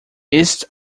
east